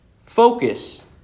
focus